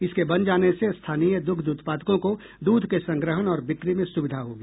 इसके बन जाने से स्थानीय दुग्ध उत्पादकों को दूध के संग्रहण और बिक्री में सुविधा होगी